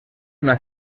una